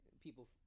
people